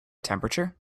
temperature